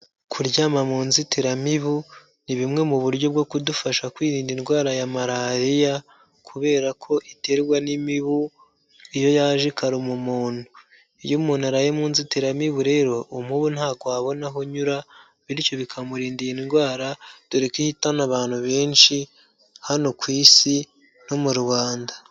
Kuryama mu nzitiramibu, ni bimwe mu buryo bwo kudufasha kwirinda indwara ya Malariya, kubera ko iterwa n'imibu, iyo yaje ikaruma umuntu, iyo umuntu araye mu nzitiramibu rero umubu ntabwo wabona aho unyura, bityo bikamurinda iyi ndwara, dore ko ihitana abantu benshi hano ku Isi no mu Rwanda.